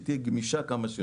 שהיא תהיה גמישה כמה שיותר.